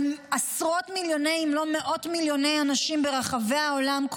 עשרות מיליוני אם לא מאות מיליוני אנשים ברחבי העולם,